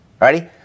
Ready